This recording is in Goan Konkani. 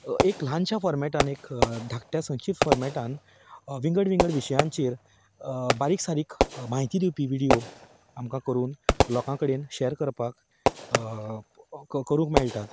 एक ल्हानशा फॉर्मेटांत एक धाकट्या सक्षिप्त फॉर्मेटांत विंगड विंगड विशयांचेर बारीक सारीक म्हायती दिवपी व्हिडियो आमका करून लोकां कडेन शॅर करपाक करूंक मेळटात